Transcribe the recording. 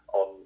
on